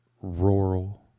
rural